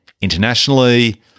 internationally